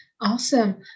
Awesome